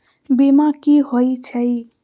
बीमा कि होई छई?